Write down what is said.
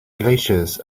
glaciers